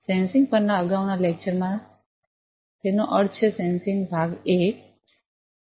sensing પરના અગાઉના lecture માં તેનો અર્થ છે સેન્સિંગ ભાગ 1